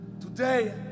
today